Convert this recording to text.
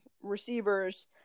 receivers